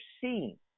seeing